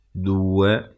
due